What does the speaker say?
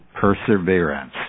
perseverance